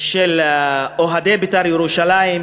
של אוהדי "בית"ר ירושלים",